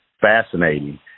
fascinating